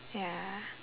ya